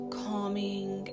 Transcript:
calming